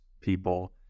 people